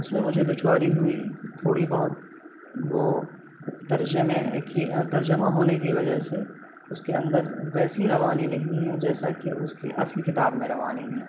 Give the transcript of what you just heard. اس میں مجھے دشواری ہوئی تھوڑی بہت وہ ترجمے کی ترجمہ ہونے کی وجہ سے اس کے اندر ویسی روانی نہیں ہے جیسا کہ اس کی اصل کتاب میں روانی ہے